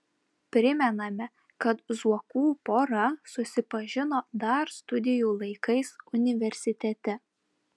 primename kad zuokų pora susipažino dar studijų laikais universitete